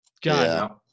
God